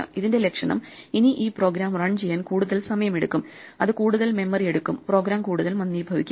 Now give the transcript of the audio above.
ഇതിന്റെ ലക്ഷണം ഇനി ഈ പ്രോഗ്രാം റൺ ചെയ്യാൻ കൂടുതൽ സമയമെടുക്കും അത് കൂടുതൽ കൂടുതൽ മെമ്മറി എടുക്കും പ്രോഗ്രാം കൂടുതൽ മന്ദീഭവിക്കും